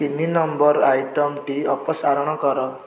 ତିନି ନମ୍ବର୍ ଆଇଟମ୍ଟି ଅପସାରଣ କର